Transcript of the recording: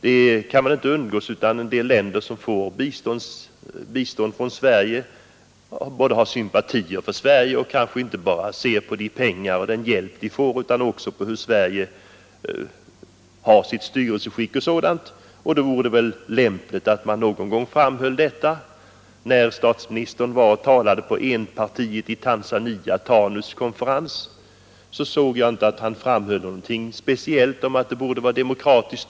Det kan väl inte undgås att en del länder som får bistånd från Sverige har sympatier för Sverige och kanske inte bara ser på de pengar och den hjälp de får utan också lägger märke till det styrelseskick Sverige har. Därför vore det lämpligt att man någon gång framhöll detta. När statsministern var och talade på en konferens med enpartiet i Tanzania, TANU, har jag inte kunnat finna att han framhöll att styrelseskicket borde vara demokratiskt.